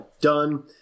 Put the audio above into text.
Done